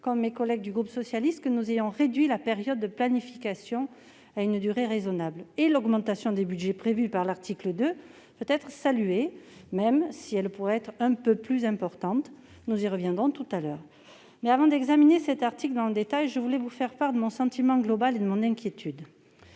comme mes collègues du groupe socialiste, que nous ayons réduit la période de planification à une durée raisonnable, et l'augmentation des budgets prévus par l'article 2 peut être saluée, même si elle pourrait être plus importante, nous y reviendrons tout à l'heure. Toutefois, avant d'examiner cet article dans le détail, je voulais vous faire part de mon sentiment global et de mon inquiétude.